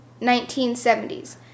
1970s